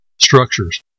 structures